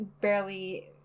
barely